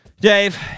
Dave